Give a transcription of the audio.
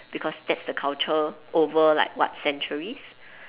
because that's the culture over like what centuries